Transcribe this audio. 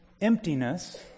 emptiness